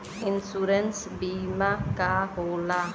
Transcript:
Insurance बीमा का होला?